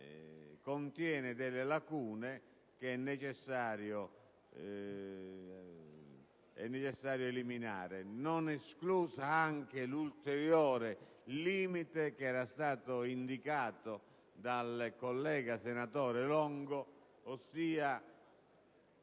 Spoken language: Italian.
contiene delle lacune che è necessario eliminare, non escluso anche l'ulteriore limite che è stato indicato dal senatore Longo, ossia